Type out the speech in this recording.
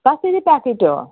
कसरी प्याकेट हो